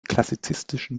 klassizistischen